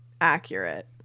accurate